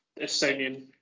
Estonian